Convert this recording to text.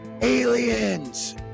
aliens